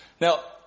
Now